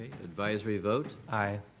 advisory vote? aye.